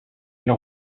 leur